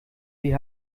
sie